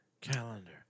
Calendar